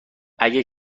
اگه